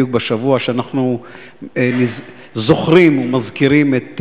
בדיוק בשבוע שאנחנו זוכרים ומזכירים את